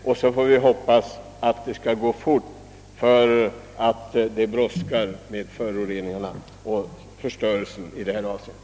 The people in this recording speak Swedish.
Vidare får vi hoppas att vad som planeras av regeringen skall kunna gå fort med hänsyn till den pågående snabba förstörelsen genom vattenföroreningarna.